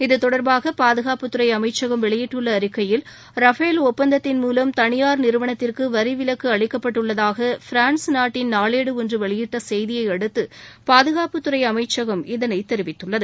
இத்தொடர்பாகபாதுகாப்புதுறைஅமைச்சகம் வெளியிட்டுள்ளஅறிக்கையில் ரஃபேல் ஒப்பந்தத்தின் நிறுவனத்திற்குவரிவிலக்குஅளிக்கப்பட்டுள்ளதாகபிரான்ஸ் தனியார் நாட்டின் மூலம் நாளேடுஒன்றுவெளியிட்டசெய்தியைஅடுத்துபாதுகாப்பு துறைஅமைச்சகம் இதனைதெரிவித்துள்ளது